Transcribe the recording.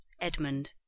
Edmund